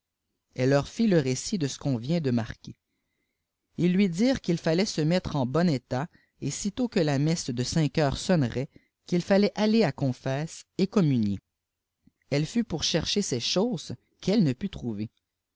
bile leur fit le récit de ce qu'on vient de marquer fis lui dirent qu'il fallait se mettre en bon état et sitôt que te messe de cinq heures sonnerait qu'il fallait idier à confesse et communier l e fut pour chercher ses chmisses qu le fi put trouiser